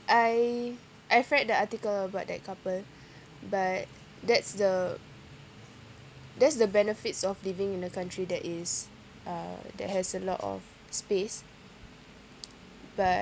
I I've read the article about that couple but that's the that's the benefits of living in a country that is uh that has a lot of space but